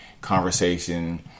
conversation